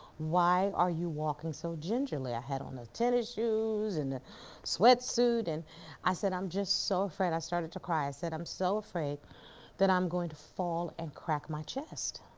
why are you walking so gingerly? i had on the tennis shoes and the sweat suit. and i said, i'm just so afraid. i started to cry. i said, i'm so afraid that i'm going to fall and crack my chest